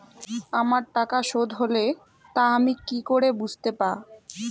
আমার টাকা শোধ হলে তা আমি কি করে বুঝতে পা?